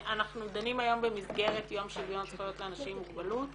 אנחנו דנים היום במסגרת של יום זכויות לאנשים עם מוגבלות